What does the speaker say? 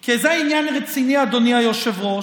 כי זה העניין הרציני, אדוני היושב-ראש.